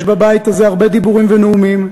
יש בבית הזה הרבה דיבורים ונאומים,